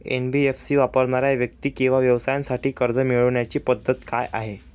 NBFC वापरणाऱ्या व्यक्ती किंवा व्यवसायांसाठी कर्ज मिळविण्याची पद्धत काय आहे?